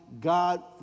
God